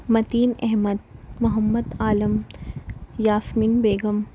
Mateen Ahmed Mohammad Alam Yasmeen Begum